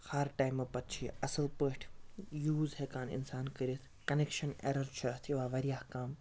ہر ٹایمہٕ پَتہٕ چھُ یہِ اَصٕل پٲٹھۍ یوٗز ہٮ۪کان اِنسان کٔرِتھ کَنٮ۪کشَن اٮ۪رَر چھُ اَتھ یِوان واریاہ کَم